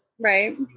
right